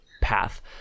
path